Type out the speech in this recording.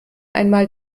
einmal